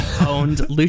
owned